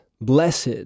blessed